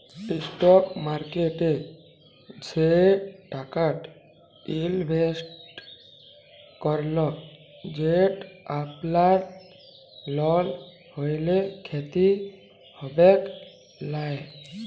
stock মার্কেটে সে টাকাট ইলভেসেট করুল যেট আপলার লস হ্যলেও খ্যতি হবেক লায়